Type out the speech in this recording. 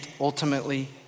ultimately